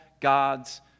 God's